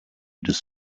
des